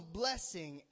blessing